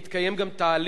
האם מתקיים גם תהליך,